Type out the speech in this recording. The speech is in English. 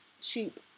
cheap